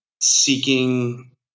seeking